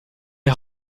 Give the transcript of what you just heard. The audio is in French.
est